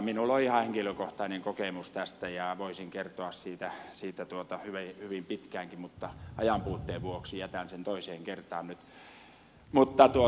minulla on ihan henkilökohtainen kokemus tästä ja voisin kertoa siitä hyvin pitkäänkin mutta ajanpuutteen vuoksi jätän sen toiseen kertaan nyt